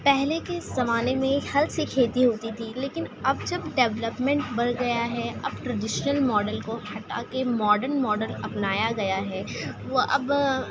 پہلے کے زمانے میں ہل سے کھیتی ہوتی تھی لیکن اب جب ڈیولپمنٹ بڑھ گیا ہے اب ٹریڈشنل ماڈل کو ہٹا کے ماڈرن ماڈل اپنایا گیا ہے وہ اب